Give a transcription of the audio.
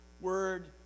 word